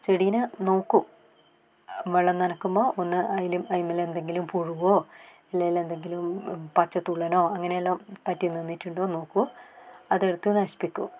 ചെടിയിനേ നോക്കും വെള്ളം നനക്കുമ്പോൾ ഒന്ന് അതിൽ അതിന്മേൽ എന്തെങ്കിലും പുഴുവോ അല്ലെങ്കിൽ എന്തെങ്കിലും പച്ച തുള്ളനോ അങ്ങനെ വല്ലതും പറ്റി നിന്നിട്ടുണ്ടോയെന്ന് നോക്കും അത് എടുത്തു നശിപ്പിക്കും